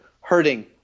hurting